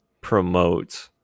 promote